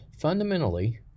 Fundamentally